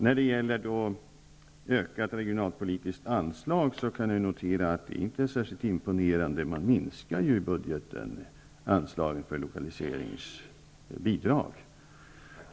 När det gäller ökade regionalpolitiska anslag kan jag notera att insatserna inte är särskilt imponerande. Man minskar i budgeten anslagen för lokaliseringsbidrag.